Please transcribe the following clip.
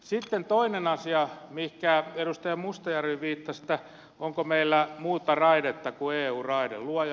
sitten toinen asia mihinkä edustaja mustajärvi viittasi eli onko meillä muuta raidetta kuin eu raide